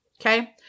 okay